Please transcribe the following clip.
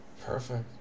Perfect